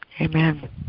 Amen